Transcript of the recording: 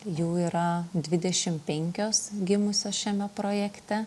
jų yra dvidešim penkios gimusios šiame projekte